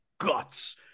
guts